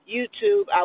YouTube